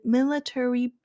Military